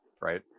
right